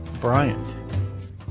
Bryant